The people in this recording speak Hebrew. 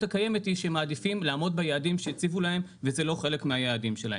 הקיימת היא שהם מעדיפים לעמוד ביעדים שהציבו להם וזה לא חלק מהיעדים שלהם.